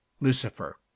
Lucifer